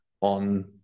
on